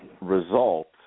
result